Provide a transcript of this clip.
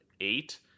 eight